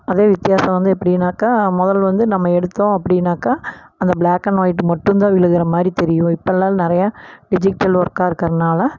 அதே வித்தியாசம் வந்து எப்படின்னாக்கா மொதலில் வந்து நம்ப எடுத்தோம் அப்படின்னாக்கா அந்த பிளாக் அண்ட் வொயிட் மட்டும்தான் விழுகுற மாதிரி தெரியும் இப்போல்லா நிறையா டிஜிட்டல் ஒர்க்கா இருக்கறதானால